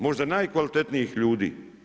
Možda najkvalitetnijih ljudi.